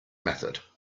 method